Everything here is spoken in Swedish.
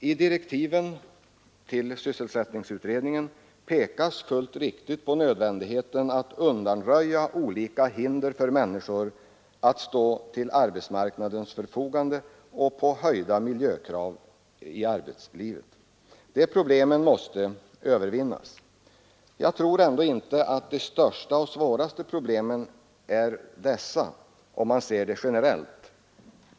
I direktiven till sysselsättningsutredningen pekar man, med rätta, på nödvändigheten av att undanröja de olika hinder som finns för människor att stå till arbetsmarknadens förfogande och på de höjda miljökraven i arbetslivet. Dessa problem måste övervinnas. Men jag tror ändå inte att de är de största och svåraste problemen, om man ser det generellt.